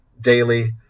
daily